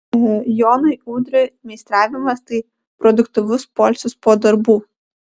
jonui udriui meistravimas tai produktyvus poilsis po darbų